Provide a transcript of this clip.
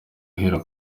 ahera